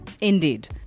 Indeed